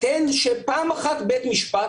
תן שפעם אחת בית משפט,